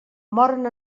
moren